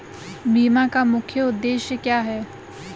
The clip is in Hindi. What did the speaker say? बीमा का मुख्य उद्देश्य क्या है?